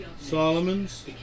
Solomon's